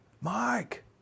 Mike